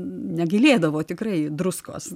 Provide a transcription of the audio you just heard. negilėdavo tikrai druskos